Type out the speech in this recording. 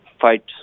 fight